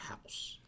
house